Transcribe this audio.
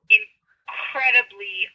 incredibly